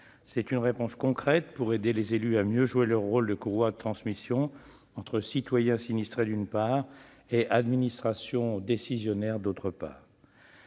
C'est une réponse concrète pour aider les élus à mieux jouer leur rôle de courroie de transmission entre citoyens sinistrés, d'une part, et administration décisionnaire, d'autre part.